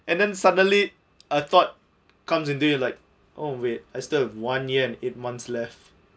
and then suddenly a thought comes into you like oh wait I still have one year and eight months left